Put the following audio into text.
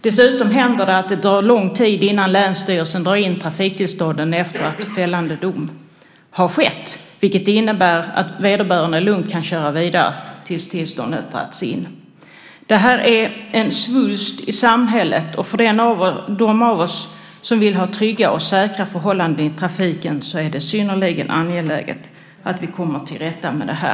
Dessutom händer det att det tar lång tid innan länsstyrelsen drar in trafiktillstånden efter det att fällande dom har fallit, vilket innebär att vederbörande lugnt kan köra vidare till dess att tillståndet har dragits in. Detta är en svulst på samhället. För dem av oss som vill ha trygga och säkra förhållanden i trafiken är det synnerligen angeläget att vi kommer till rätta med det här.